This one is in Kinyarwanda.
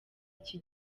iki